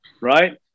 Right